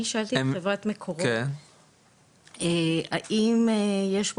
אני שאלתי את חברת מקורות האם יש פה